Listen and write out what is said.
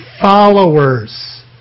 followers